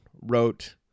wrote